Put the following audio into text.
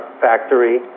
factory